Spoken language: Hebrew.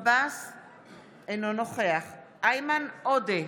אינו נוכח איימן עודה,